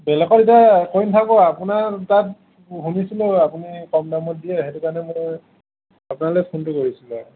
বেলেগত এতিয়া কৈ নাথাকোঁ আৰু আপোনাৰ তাত শুনিছিলোঁ আপুনি কম দামত দিয়ে সেইটো কাৰণে মই আপোনালৈ ফোনটো কৰিছিলোঁ আৰু